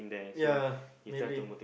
ya maybe